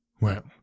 Well